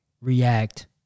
react